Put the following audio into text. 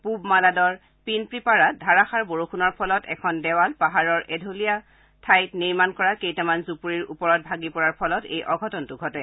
পুব মালাডৰ পিনপ্ৰিপাড়াত ধাৰাসাৰ বৰযুণৰ ফলত এখন দেৱাল পাহাৰৰ এঢলীয়া ঠাইত নিৰ্মাণ কৰা কেইটামান জুপুৰিৰ ওপৰত ভাগি পৰাৰ ফলত এই অঘটনটো ঘটে